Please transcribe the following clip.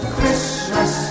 Christmas